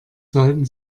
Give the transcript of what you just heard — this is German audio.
sollten